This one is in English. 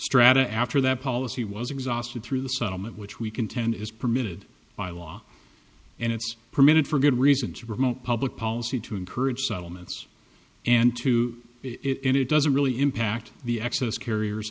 strata after that policy was exhausted through the settlement which we contend is permitted by law and it's permitted for good reason to promote public policy to encourage settlements and to it it doesn't really impact the excess carriers